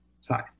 size